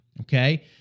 okay